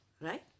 right